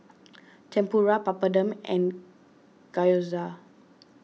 Tempura Papadum and Gyoza